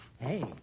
Hey